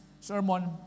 sermon